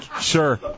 sure